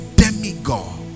demigod